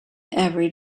every